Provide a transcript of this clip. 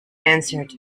answered